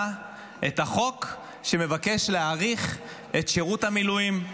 את החוק שמבקש להאריך את שירות המילואים.